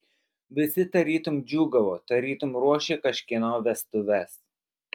visi tarytum džiūgavo tarytum ruošė kažkieno vestuves